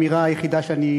אדוני היושב-ראש,